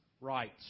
rights